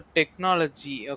technology